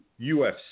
UFC